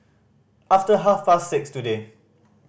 after half past six today